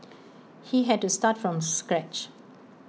he had to start from scratch